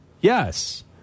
Yes